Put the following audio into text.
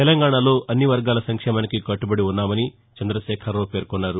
తెలంగాణలో అన్ని వర్గాల సంక్షేమానికి కట్టబడి ఉన్నామని చంద్రశేఖరరావు పేర్కొన్నారు